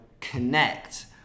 connect